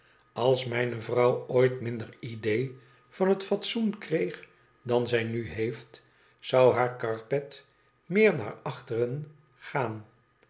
als mijne vrouw ooit minder idéé van het fatsoen kree dan zij na heeft zou haar karpet meer naar achteren gaan